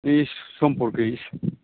सम्प'रकै इसे